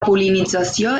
pol·linització